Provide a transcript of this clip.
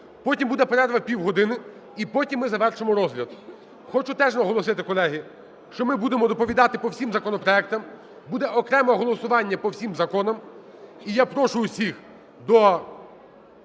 Потім буде перерва півгодини і потім ми завершимо розгляд. Хочу теж наголосити, колеги, що ми будемо доповідати по всім законопроектам. Буде окреме голосування по всім законам. І я прошу всіх до